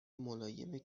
ملایم